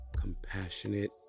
compassionate